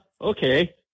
Okay